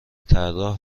طراح